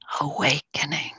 awakening